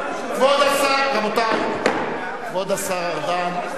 כבוד השר ארדן.